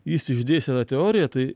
jis išdėstė tą teoriją tai